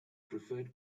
preferred